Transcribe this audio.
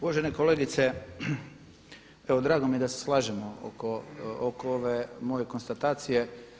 Uvažena kolegice, evo drago mi je da se slažemo oko ove moje konstatacije.